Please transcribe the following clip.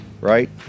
right